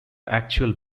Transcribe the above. actual